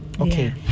okay